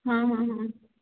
हां हां हां